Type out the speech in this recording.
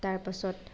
তাৰ পাছত